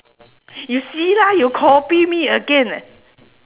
you see lah you copy me again